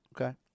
Okay